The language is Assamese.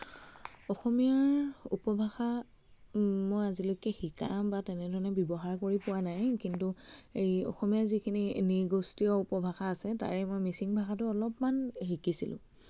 অসমীয়াৰ উপভাষা মই আজিলৈকে শিকা বা তেনেধৰণে ব্যৱহাৰ কৰি পোৱা নাই কিন্তু এই অসমীয়া যিখিনি নৃগোষ্টীয় উপভাষা আছে তাৰেই মই মিচিং ভাষাটো অলপমান শিকিছিলোঁ